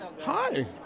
Hi